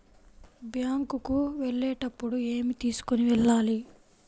Bank కు వెళ్ళేటప్పుడు ఏమి తీసుకొని వెళ్ళాలి?